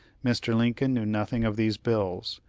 mr. lincoln knew nothing of these bills,